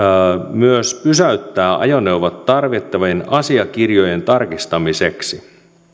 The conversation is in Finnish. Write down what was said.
myös pysäyttää ajoneuvot tarvittavien asiakirjojen tarkistamiseksi